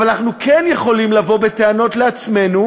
אבל אנחנו כן יכולים לבוא בטענות לעצמנו,